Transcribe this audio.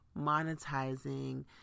monetizing